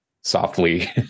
softly